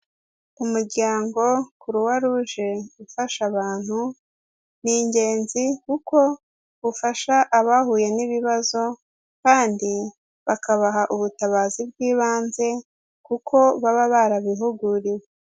Umuryango kuruwa ruje ufasha abantu ni ingenzi kuko ufasha abahuye n'ibibazo kandi bakabaha ubutabazi bw'ibanze kuko baba barabihuguriwe.